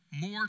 more